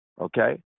Okay